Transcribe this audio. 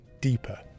deeper